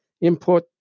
input